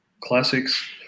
classics